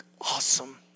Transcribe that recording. awesome